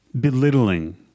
belittling